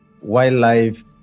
wildlife